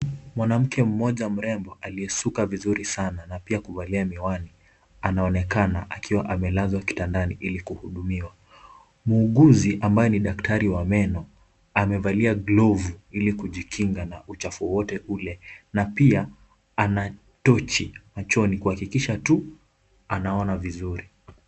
Mwanamke mmoja mrembo aliyesuka vizuri sana na pia kuvalia miwani anaonekana akiwa amelazwa kitandani ili kuhudumiwa. Muuguzi ambaye ni daktari wa meno amevalia glovu ili kujikinga na uchafu wowote ule na pia ana tochi machoni kuhakikisha tu anaona vizuri.